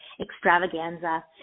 extravaganza